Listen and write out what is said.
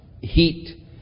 heat